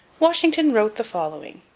washington wrote the following.